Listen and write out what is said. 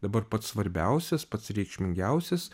dabar pats svarbiausias pats reikšmingiausias